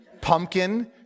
Pumpkin